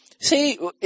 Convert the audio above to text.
See